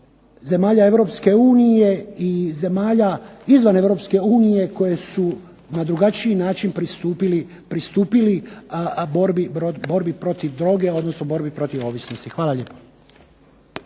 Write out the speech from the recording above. zemalja Europske unije i zemalja izvan Europske unije koje su na drugačiji način pristupile borbi protiv droge, odnosno borbi protiv ovisnosti. Hvala lijepo.